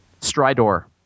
Stridor